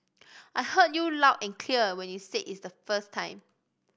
I heard you loud and clear when you said it the first time